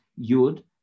Yud